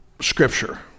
Scripture